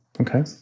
Okay